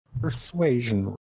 persuasion